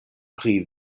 pri